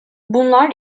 bunlar